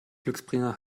glücksbringer